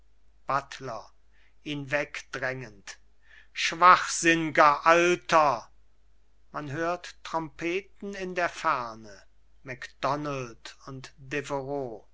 buttler ihn wegdrängend schwachsinniger alter man hört trompeten in der ferne macdonald und